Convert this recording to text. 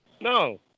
No